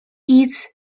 its